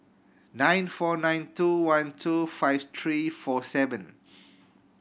nine four nine two one two five three four seven